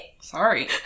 Sorry